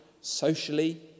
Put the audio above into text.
socially